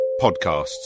podcasts